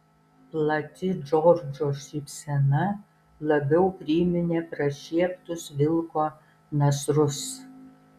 plati džordžo šypsena labiau priminė prašieptus vilko nasrus